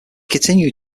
continued